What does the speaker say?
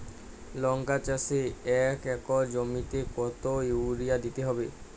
লংকা চাষে এক একর জমিতে কতো ইউরিয়া দিতে হবে?